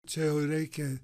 čia jau reikia